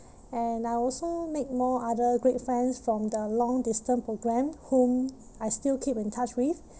and I also make more other great friends from the long distance programme whom I still keep in touch with